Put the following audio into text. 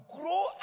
grow